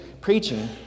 preaching